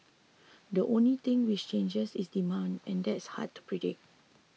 the only thing which changes is demand and that's hard to predict